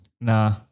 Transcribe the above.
Nah